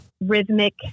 rhythmic